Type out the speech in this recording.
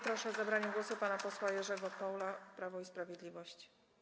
Proszę o zabranie głosu pana posła Jerzego Paula, Prawo i Sprawiedliwość.